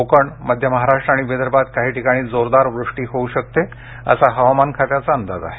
कोकण मध्य महाराष्ट्र आणि विदर्भात काही ठिकाणी जोरदार वृष्टी होऊ शकते असा हवामान खात्याचा अंदाज आहे